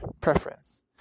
preference